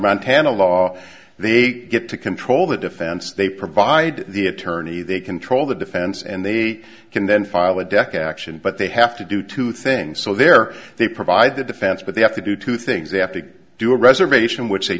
montana law they get to control the defense they provide the attorney they control the defense and they can then file a deck action but they have to do two things so there they provide the defense but they have to do two things they have to do a reservation which they